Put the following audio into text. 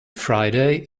friday